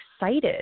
excited